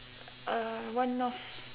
uh one north